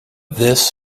this